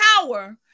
power